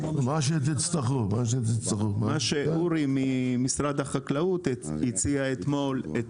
מה שאורי ממשרד החקלאות הציע אמול את